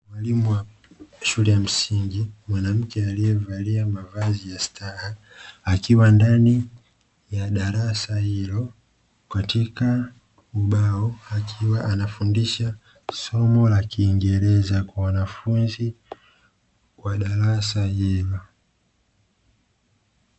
Mwalimu wa shule ya msingi. Mwanamke alievalia mavazi ya staha, akiwa ndani ya darasa hilo katika ubao, akiwa anafundisha somo la kiingereza kwa wanafunzi wa darasa hilo.